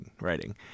writing